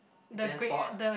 JanSport